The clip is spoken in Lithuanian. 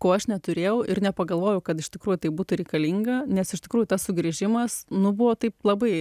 ko aš neturėjau ir nepagalvojau kad iš tikrųjų tai būtų reikalinga nes iš tikrųjų tas sugrįžimas nu buvo taip labai